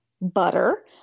butter